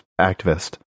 activist